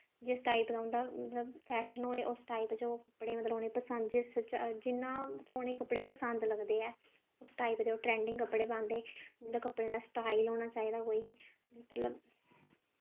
जिस टाईप दा उंदा मतलब फैशन होए उस टाईप च मतलब ओह् कपड़े मतलब उ'नें पसंद जिस च जियां मतलब कपड़े उ'नेंगी पसंद लगदे ऐ उस टाईप दे ओह् ट्रैंडिंग कपड़े पांदे उं'दे कपड़ें दा स्टाईल होना चाहिदा कोई मतलब